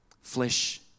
flesh